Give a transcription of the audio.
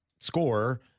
scorer